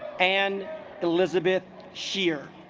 and elizabeth here